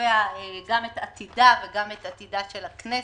וקובע גם את עתידה ואת עתידה של הכנסת.